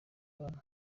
abantu